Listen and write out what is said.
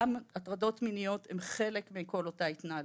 גם הטרדות מיניות הן חלק בכל אותה התנהלות.